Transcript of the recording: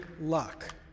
luck